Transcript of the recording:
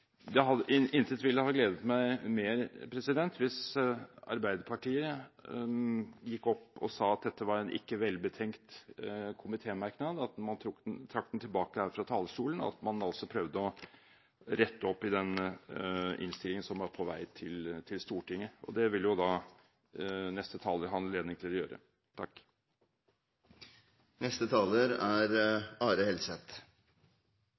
ha gledet meg mer enn at man fra Arbeiderpartiets side sa at dette var en ikke velbetenkt komitémerknad, at man trakk den tilbake her fra talerstolen, og at man prøvde å rette opp i den innstillingen som er på vei til Stortinget. Det vil jo neste taler ha anledning til å gjøre. Mål og målstyring er